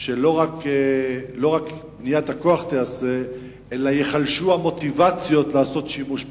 שלא רק בניית הכוח תיעשה אלא ייחלשו המוטיבציות לעשות שימוש בו?